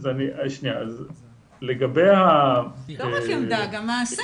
לא רק עמדה, גם מעשה.